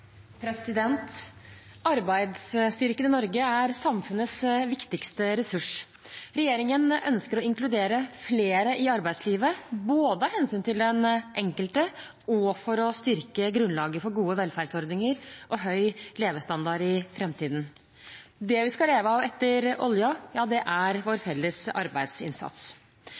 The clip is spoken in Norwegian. arbeidsmarknaden. Arbeidsstyrken i Norge er samfunnets viktigste ressurs. Regjeringen ønsker å inkludere flere i arbeidslivet, både av hensyn til den enkelte og for å styrke grunnlaget for gode velferdsordninger og høy levestandard i framtiden. Det vi skal leve av etter oljen, er vår felles arbeidsinnsats.